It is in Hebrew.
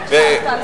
איך הקשבת?